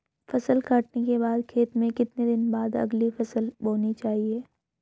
फसल काटने के बाद खेत में कितने दिन बाद अगली फसल बोनी चाहिये?